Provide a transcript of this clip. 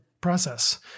process